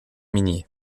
minier